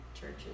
churches